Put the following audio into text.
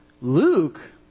Luke